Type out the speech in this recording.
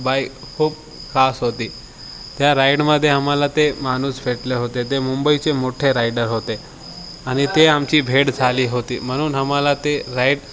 bike खूप खास होती त्या राईडमध्ये आम्हाला ते माणूस भेटले होते ते मुंबईचे मोठे रायडर होते आणि ते आमची भेट झाली होती म्हणून आम्हाला ते राईड